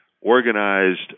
organized